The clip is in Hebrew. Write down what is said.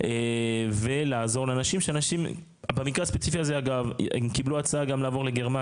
אבל כן יש למדינת ישראל גורמים